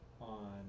on